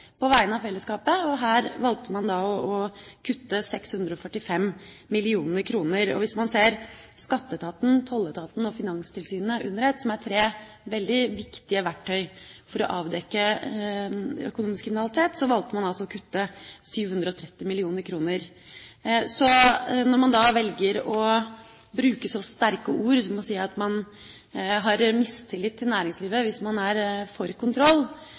på vegne av fellesskapet. Her valgte man da å kutte 645 mill. kr. Hvis man ser Skatteetaten, tolletaten og Finanstilsynet under ett, som er tre veldig viktige verktøy for å avdekke økonomisk kriminalitet, valgte man altså å kutte 730 mill. kr. Når man da velger å bruke så sterke ord som å si at man har mistillit til næringslivet hvis man er for kontroll,